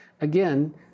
Again